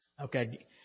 Okay